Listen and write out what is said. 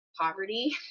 poverty